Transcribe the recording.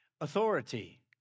authority